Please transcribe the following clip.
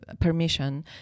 permission